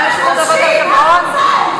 הם פולשים, מה את רוצה?